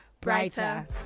Brighter